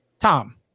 Tom